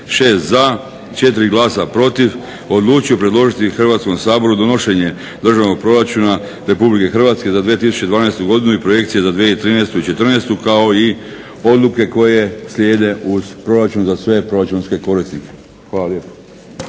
6 za, 4 glasa protiv, odlučio predložiti Hrvatskom saboru donošenje Državnog proračuna Republike Hrvatske za 2012. godinu i projekcije za 2013. i 2014., kao i odluke koje slijede uz proračun za sve proračunske korisnike. Hvala lijepo.